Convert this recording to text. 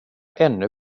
ännu